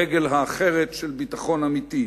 הרגל האחרת של ביטחון אמיתי,